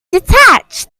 detached